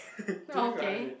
okay